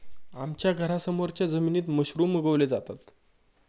आमच्या घरासमोरच्या जमिनीत मशरूम उगवले जातात